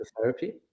therapy